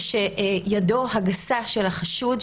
וידו הגסה של החשוד,